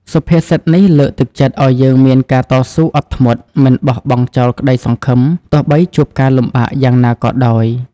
សុភាសិតនេះលើកទឹកចិត្តឱ្យយើងមានការតស៊ូ អត់ធ្មត់ មិនបោះបង់ចោលក្តីសង្ឃឹម ទោះបីជួបការលំបាកយ៉ាងណាក៏ដោយ។